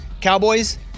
Cowboys